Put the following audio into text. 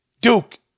Duke